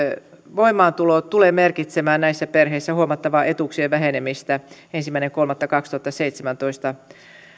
voimaantulo tulee merkitsemään näissä perheissä huomattavaa etuuksien vähenemistä ensimmäinen kolmatta kaksituhattaseitsemäntoista